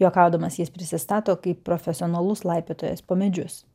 juokaudamas jis prisistato kaip profesionalus laipiotojas po medžius